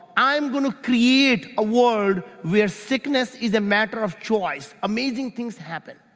i'm going to create a world where sickness is a matter of choice, amazing things happen.